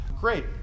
Great